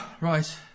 Right